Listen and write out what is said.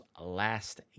last